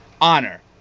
Honor